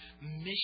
mission